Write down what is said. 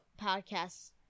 podcasts